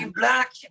black